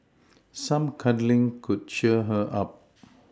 some cuddling could cheer her up